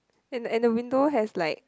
and and the window has like